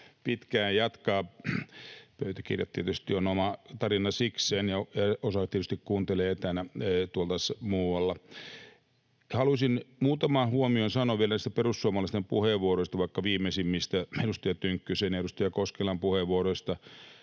pitkään jatkaa. Pöytäkirjat tietysti ovat oma tarina sikseen, ja osa tietysti kuuntelee etänä muualla. Haluaisin muutaman huomion sanoa vielä näistä perussuomalaisten puheenvuoroista, vaikka viimeisimmistä, edustaja Tynkkysen ja edustaja Koskelan puheenvuoroista.